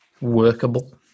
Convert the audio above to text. workable